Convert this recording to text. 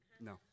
No